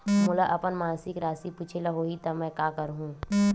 मोला अपन मासिक राशि पूछे ल होही त मैं का करहु?